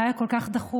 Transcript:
מה היה כל כך דחוף,